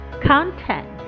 content